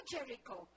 Jericho